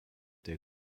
der